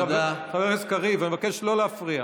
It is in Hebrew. חבר הכנסת קריב, אני מבקש לא להפריע.